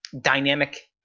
dynamic